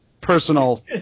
personal